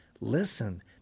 listen